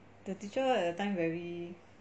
the teacher at the time very